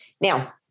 Now